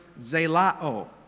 zelao